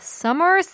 summer